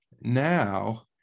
now